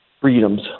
freedoms